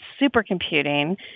Supercomputing